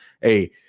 hey